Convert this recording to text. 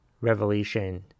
revelation